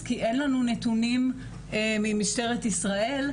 כי אין לנו נתונים ממשטרת ישראל,